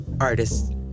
Artists